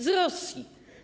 Z Rosji.